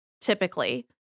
typically